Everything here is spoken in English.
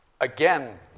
again